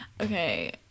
Okay